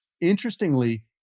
interestingly